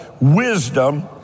wisdom